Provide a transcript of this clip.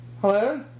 hello